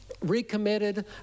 recommitted